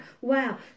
wow